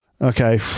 Okay